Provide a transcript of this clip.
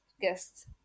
guests